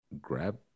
Grab